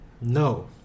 No